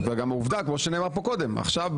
וגם עובדה כמו שנאמר פה קודם שעכשיו,